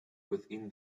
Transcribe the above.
within